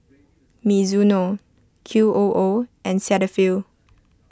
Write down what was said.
Mizuno Q O O and Cetaphil